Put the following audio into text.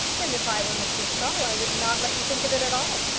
then if i were mr. saul i would not let you think of it at all.